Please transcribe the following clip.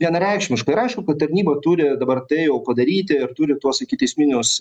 vienareikšmiškai ir aišku kad tarnyba turi dabar tai jau padaryti ir turi tuos ikiteisminius